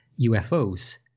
ufos